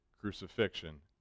crucifixion